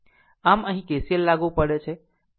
આમ અહીં KCL લાગુ પડે છે